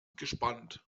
gespannt